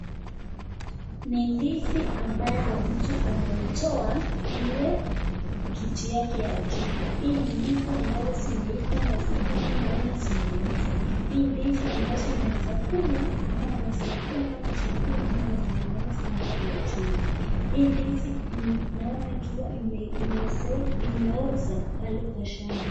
Ni ndizi ambalo mtu ameitoa ile kitu yake ya juu. Hili ni ndizi ambalo zimeiva na zingine naona zimeoza. Hii ndizi ambalo unaeza kula kama chakula ama unaeza tengeneza nayo [Juice]. Hii ndizi ninaona ikiwa imeoza pale kwa shamba.